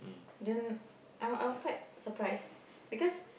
then I was I was quite surprised because